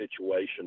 situation